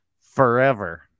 forever